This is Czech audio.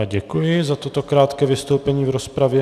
Děkuji za toto krátké vystoupení v rozpravě.